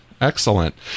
Excellent